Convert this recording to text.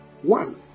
one